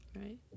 Right